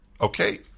Okay